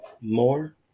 more